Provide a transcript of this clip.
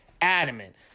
adamant